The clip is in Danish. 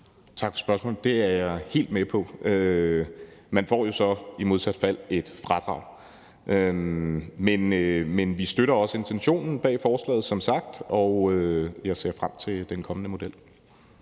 Tak for spørgsmålet. Det er jeg helt med på. Man får jo så i modsat fald et fradrag, men vi støtter som sagt også intentionen bag forslaget, og jeg ser frem til den kommende model.